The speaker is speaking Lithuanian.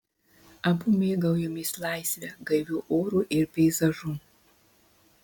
abu mėgaujamės laisve gaiviu oru ir peizažu